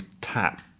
tap